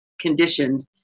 conditioned